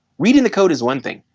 reading the code is one thing,